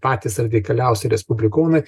patys radikaliausi respublikonai